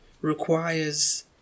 requires